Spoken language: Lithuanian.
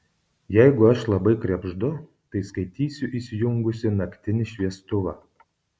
jeigu aš labai krebždu tai skaitysiu įsijungusi naktinį šviestuvą